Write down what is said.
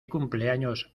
cumpleaños